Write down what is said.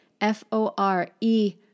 F-O-R-E